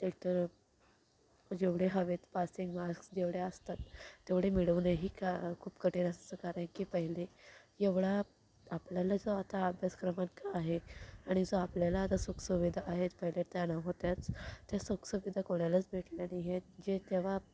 एकतर जेवढे हवेत पासिंग मार्क्स जेवढे असतात तेवढे मिळवणंही का खूप कठीण असतं कारण की पहिले एवढा आपल्याला जो आता अभ्यासक्रमांक आहे आणि जो आपल्याला आता सुखसुविधा आहेत पहिले त्या नव्हत्याच त्या सुखसुविधा कोणालाच भेटल्या नाही आहेत जे तेव्हा